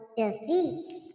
defeats